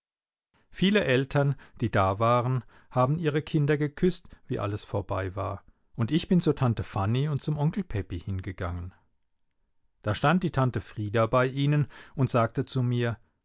viele eltern die da waren haben ihre kinder geküßt wie alles vorbei war und ich bin zur tante fanny und zum onkel pepi hingegangen da stand die tante frieda bei ihnen und sagte zu mir